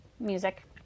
music